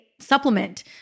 supplement